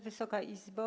Wysoka Izbo!